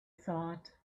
thought